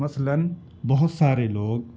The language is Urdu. مثلآٓ بہت سارے لوگ